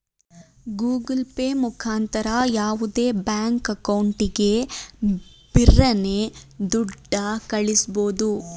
Google Pay ಮುಖಾಂತರ ಯಾವುದೇ bank ಅಕೌಂಟಿಗೆ ಬಿರರ್ನೆ ದುಡ್ಡ ಕಳ್ಳಿಸ್ಬೋದು